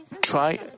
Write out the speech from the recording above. try